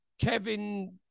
Kevin